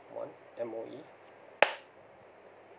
one M_O_E